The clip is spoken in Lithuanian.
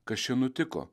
kas čia nutiko